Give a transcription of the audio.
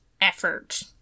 effort